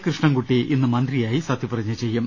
കൃഷ്ണൻകുട്ടി ഇന്ന് മന്ത്രിയായി സത്യപ്രതിജ്ഞ ചെയ്യും